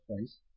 place